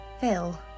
Phil